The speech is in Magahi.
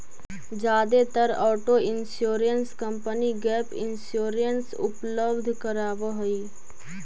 जादेतर auto insurance company gap insurance उपलब्ध करावऽ हई